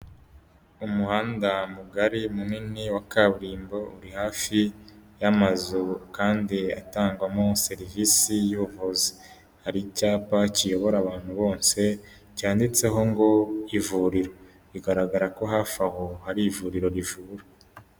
Umuhanda mugari, munini wa kaburimbo uri hafi y'amazu kandi atangwamo serivisi y'ubuvuzi, hari icyapa kiyobora abantu bose cyanditseho ngo ivuriro bigaragara ko hafi aho hari ivuriro rivura.